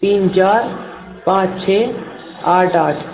تین چار پانچ چھ آٹھ آٹھ